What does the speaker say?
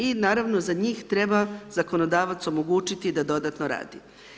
I naravno za njih treba zakonodavac omogućiti da dodatno radi.